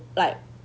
like